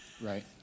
Right